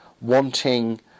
wanting